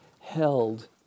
held